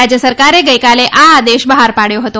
રાજ્ય સરકારે ગઇકાલે આ આદેશ બહાર પાડથો હતો